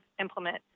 implement